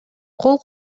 кол